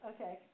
Okay